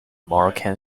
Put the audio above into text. moroccan